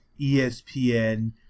espn